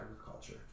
Agriculture